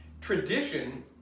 Tradition